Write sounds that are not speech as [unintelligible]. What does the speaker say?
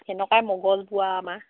[unintelligible]